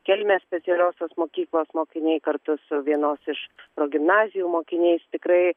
kelmės specialiosios mokyklos mokiniai kartu su vienos iš progimnazijų mokiniais tikrai